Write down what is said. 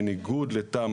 בניגוד לתמ"א,